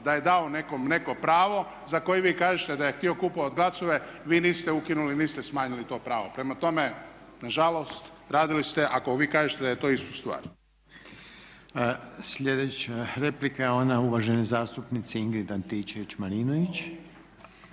da je dao nekom neko pravo za koje vi kažete da je htio kupovati glasove vi niste ukinuli, vi ste smanjili to pravo. Prema tome, nažalost, radili ste, ako vi kažete da je to istu stvar. **Reiner, Željko (HDZ)** Sljedeća replika je ona uvažene zastupnice Ingrid Antičević-Marinović.